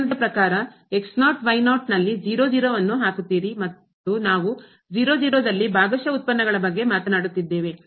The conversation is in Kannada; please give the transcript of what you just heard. ವ್ಯಾಖ್ಯಾನದ ಪ್ರಕಾರ ನಲ್ಲಿ ಅನ್ನು ಹಾಕುತ್ತೀರಿ ನಾವು ದಲ್ಲಿ ಭಾಗಶಃ ಉತ್ಪನ್ನಗಳ ಬಗ್ಗೆ ಮಾತನಾಡುತ್ತಿದ್ದೇವೆ